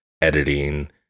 editing